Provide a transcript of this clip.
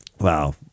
Wow